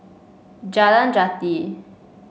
Jalan Jati